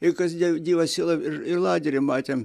i kasdien gyvą sielą ir ir lagery matėm